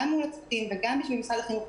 גם מול הצופים וגם בשביל משרד החינוך,